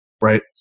right